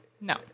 No